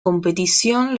competición